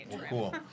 Cool